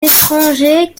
étrangers